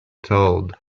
told